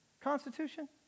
Constitution